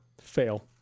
fail